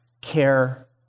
Care